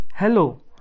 Hello